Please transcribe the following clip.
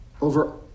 over